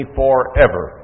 forever